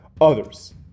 others